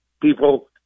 people